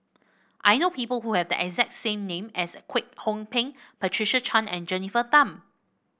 I know people who have the exact same name as Kwek Hong Png Patricia Chan and Jennifer Tham